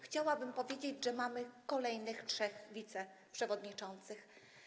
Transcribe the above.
Chciałabym powiedzieć, że mamy kolejnych trzech wiceprzewodniczących.